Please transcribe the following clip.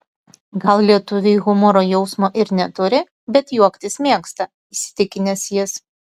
gal lietuviai humoro jausmo ir neturi bet juoktis mėgsta įsitikinęs jis